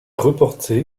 reporté